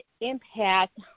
impact